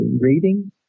reading